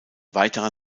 weiterer